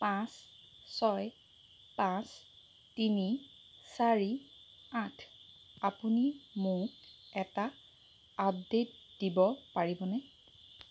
পাঁচ ছয় পাঁচ তিনি চাৰি আঠ আপুনি মোক এটা আপডেট দিব পাৰিবনে